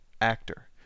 actor